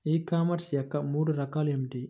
ఈ కామర్స్ యొక్క మూడు రకాలు ఏమిటి?